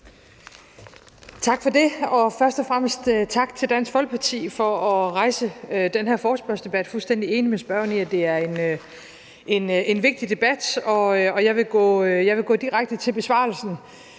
Tak for det, og først og fremmest tak til Dansk Folkeparti for at rejse den her forespørgselsdebat. Jeg er fuldstændig enig med forespørgerne i, at det er en vigtig debat, og jeg vil gå direkte til besvarelsen.